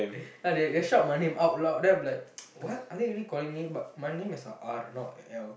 ya they shout my name out loud then I'm like what are they really calling me but my name is a R not L